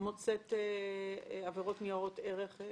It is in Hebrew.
מוצאת עבירות ניירות ערך?